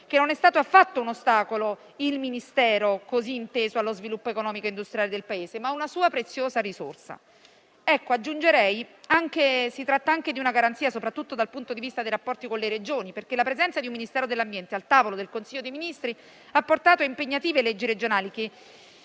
che non è stato affatto un ostacolo il Ministero, così inteso, allo sviluppo economico e industriale del Paese, ma è stato una sua preziosa risorsa. Aggiungerei che si tratta anche di una garanzia, soprattutto dal punto di vista dei rapporti con le Regioni, perché la presenza di un Ministero dell'ambiente al tavolo del Consiglio dei ministri ha portato a impegnative leggi regionali,